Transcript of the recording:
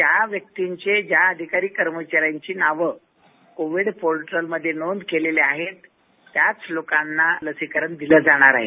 ज्या व्यक्तींचे ज्या अधिकारी कर्मचाऱ्यांची नावं कोविड पोर्टल मध्ये नोंद केलेली आहे त्याच लोकांना लसीकरण दिलं जाणार आहे